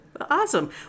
Awesome